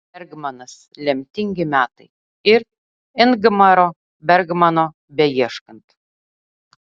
bergmanas lemtingi metai ir ingmaro bergmano beieškant